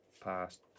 Past